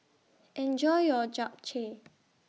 Enjoy your Japchae